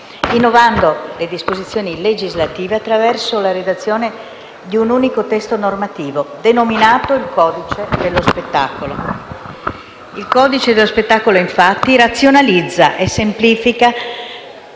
innovando le disposizioni legislative attraverso la redazione di un unico testo normativo denominato codice dello spettacolo. Il codice dello spettacolo, infatti, razionalizza e semplifica